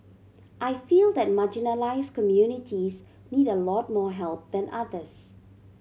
I feel that marginalised communities need a lot more help than others